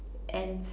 ends